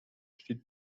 she